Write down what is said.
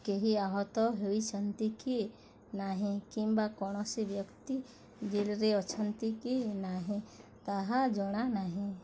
କେହି ଆହତ ହୋଇଛନ୍ତି କି ନାହିଁ କିମ୍ବା କୌଣସି ବ୍ୟକ୍ତି ଜେଲ୍ରେ ଅଛନ୍ତି କି ନାହିଁ ତାହା ଜଣାନାହିଁ